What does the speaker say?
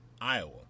Iowa